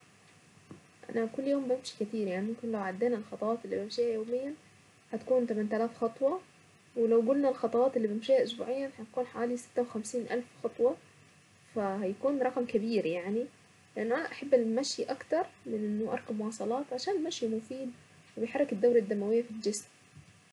انا كل يوم بمشي كتير يعني ممكن لو عدينا الخطوات القرشية يوميا هتكون تمنا الاف خطوة ولو قولنا الخطوات اللي بنمشيها اسبوعيا هتكون حوالي ستة وخمسين الف خطوة فهيكون رقم كبير يعني انا احب المشي اكتر لانه اركب مواصلات عشان المشي مفيد ويحرك الدورة الدموية في الجسم.